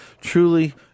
truly